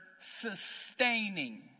sustaining